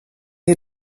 sie